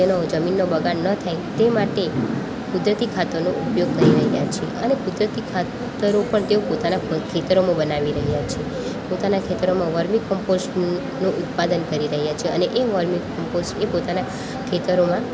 તેનો જમીનનો બગાડ ન થાય તે માટે કુદરતી ખાતરનો ઉપયોગ કરી રહ્યાં છે અને કુદરતી ખાતરો પણ તેઓ પોતાના ખેતરોમાં બનાવી રહ્યા છે પોતાના ખેતરોમાં વોર્મિક કમ્પોસ્ટનો ઉત્પાદન કરી રહ્યા છે અને એ વોર્મિક કમ્પોસ્ટે પોતાના ખેતરોમાં